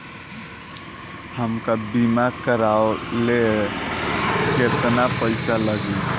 हमका बीमा करावे ला केतना पईसा लागी?